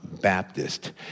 Baptist